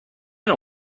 نوع